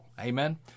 Amen